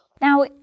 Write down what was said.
Now